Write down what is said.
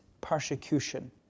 persecution